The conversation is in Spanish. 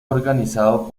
organizado